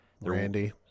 Randy